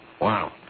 Wow